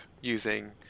using